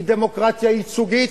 היא דמוקרטיה ייצוגית,